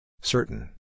Certain